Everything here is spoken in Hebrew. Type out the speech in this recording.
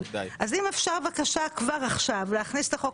אז אם אפשר בבקשה כבר עכשיו להכניס את החוק